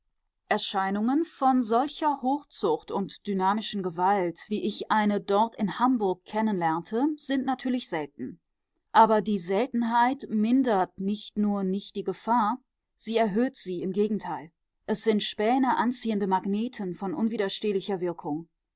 erscheinungen von solcher hochzucht und dynamischen gewalt wie ich eine dort in hamburg kennenlernte sind natürlich selten aber die seltenheit mindert nicht nur nicht die gefahr sie erhöht sie im gegenteil es sind späneanziehende magneten von unwiderstehlicher wirkung